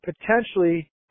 potentially